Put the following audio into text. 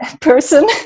person